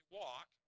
walk